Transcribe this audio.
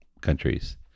countries